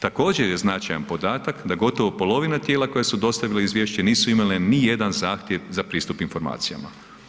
Također je značajan podatak da gotovo polovina tijela koja su dostavila izvješće nisu imale nijedan zahtjev za pristup informacijama.